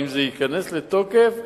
אם זה ייכנס לתוקף,